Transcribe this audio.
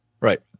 Right